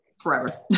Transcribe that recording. forever